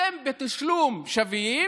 אתם בתשלום שווים